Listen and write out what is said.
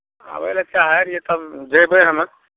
आबय ले चाहैत रहियै तब जेबै हमे